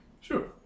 Sure